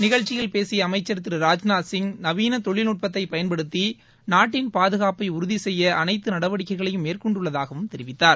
நிகழ்ச்சியில் பேசிய அமைச்சர் திரு ராஜ்நாத் சிங் நவீன தொழில்நுட்பத்தை பயன்படுத்தி நாட்டின் பாதுகாப்பை உறுதி செய்ய அரசு அனைத்து நடவடிக்கைகளையும் மேற்கொண்டுள்ளதாகவும் தெரிவித்தார்